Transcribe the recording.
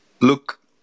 Look